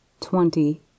twenty